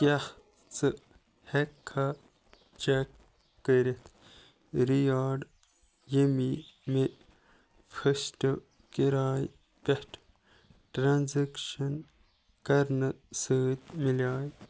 کیٛاہ ژٕ ہٮ۪ککھا چک کٔرِتھ رِیاڈ ییٚمہِ مےٚ فسٹ کِراے پٮ۪ٹھ ٹرانزٮ۪کشن کرنہٕ سۭتۍ مِلے